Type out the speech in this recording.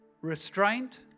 Restraint